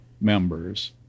members